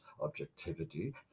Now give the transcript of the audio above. objectivity